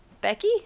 Becky